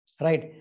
Right